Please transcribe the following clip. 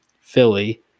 Philly